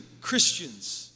Christians